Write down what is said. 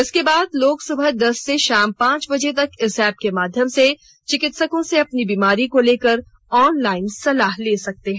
इसके बाद लोग सुबह दस से शाम पांच बजे तक इस एप्प के माध्यम से चिकित्सकों से अपनी बीमारी को लेकर ऑनलाइन सलाह ले सकते हैं